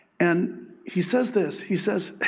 and he says this. he says,